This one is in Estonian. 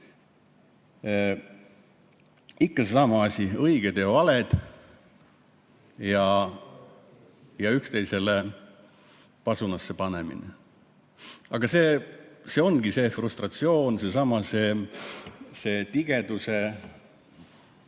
Ikka seesama asi: õiged ja valed ja üksteisele pasunasse panemine. Aga see ongi see frustratsioon, seesama tigeduse